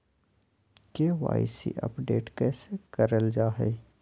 KYC update कैसे करल जाहै?